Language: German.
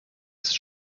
ist